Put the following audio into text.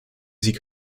sie